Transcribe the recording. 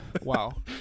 Wow